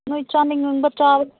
ꯅꯣꯏ ꯆꯥꯅꯤꯡꯕ ꯆꯥꯔꯣ